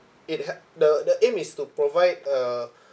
it had the the aim is to provide a